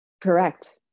Correct